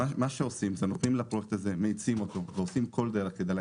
מאיצים את הפרויקט הזה בכל דרך.